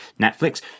Netflix